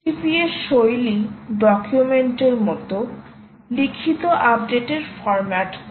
http এর শৈলী ডকুমেন্টের মতো লিখিত আপডেটের ফর্ম্যাট করে